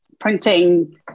printing